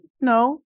No